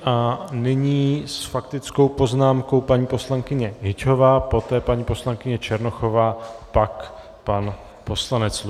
A nyní s faktickou poznámkou paní poslankyně Hyťhová, poté paní poslankyně Černochová, pak pan poslanec Luzar.